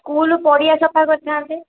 school ପଡ଼ିଆ ସଫା କରିଥାନ୍ତେ